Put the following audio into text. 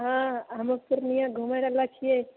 हँ हमहुँ पूर्णियाँ घुमए अबै वला छियै